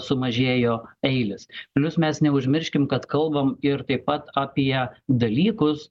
sumažėjo eilės plius mes neužmirškim kad kalbam ir taip pat apie dalykus